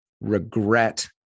Regret